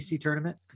tournament